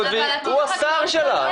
והוא השר שלה,